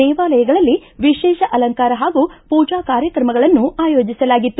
ದೇವಾಲಯಗಳಲ್ಲಿ ವಿಶೇಷ ಅಲಂಕಾರ ಹಾಗೂ ಪೂಜಾ ಕಾರ್ಯಕ್ರಮಗಳನ್ನು ಆಯೋಜಿಸಲಾಗಿತ್ತು